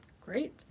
Great